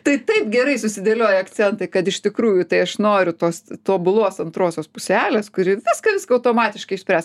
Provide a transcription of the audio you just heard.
tai taip gerai susidėlioja akcentai kad iš tikrųjų tai aš noriu tos tobulos antrosios puselės kuri viską viską automatiškai išspręs